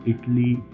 Italy